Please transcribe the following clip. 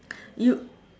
you